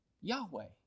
Yahweh